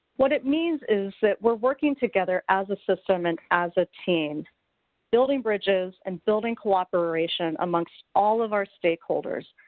it means is that we are working together as a system and as a team building bridges and building cooperation among so all of our stakeholders.